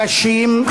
נאמרים פה דברים קשים,